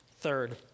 Third